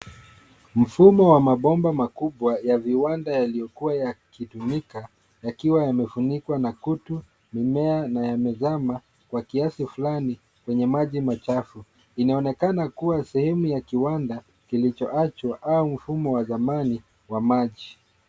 Mfumo wa mabomba makubwa ya viwanda yaliyokuwa yakitumika yakiwa yamefunikwa na kutu ,mimea na yamezama kwa kiasi fulani kwenye maji machafu. Inaonekana kuwa sehemu ya kiwanda kilichoachwa au mfumo wa zamani wa maji.